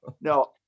no